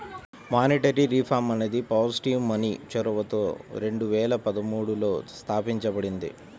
monetary reform అనేది positive money చొరవతో రెండు వేల పదమూడులో తాపించబడింది